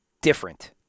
different